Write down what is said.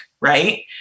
right